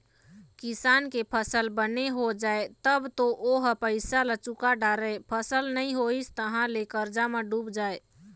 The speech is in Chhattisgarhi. किसान के फसल बने हो जाए तब तो ओ ह पइसा ल चूका डारय, फसल नइ होइस तहाँ ले करजा म डूब जाए